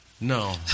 No